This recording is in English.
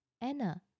Anna